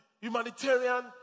humanitarian